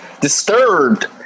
disturbed